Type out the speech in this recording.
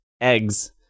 eggs